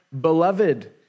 beloved